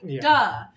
Duh